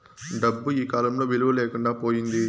డబ్బు ఈకాలంలో విలువ లేకుండా పోయింది